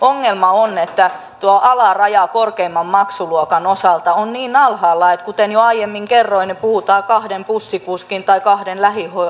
ongelma on että tuo alaraja korkeimman maksuluokan osalta on niin alhaalla että kuten jo aiemmin kerroin puhutaan kahden bussikuskin tai kahden lähivuoden